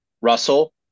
Russell